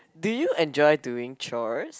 do you enjoy doing chores